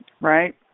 right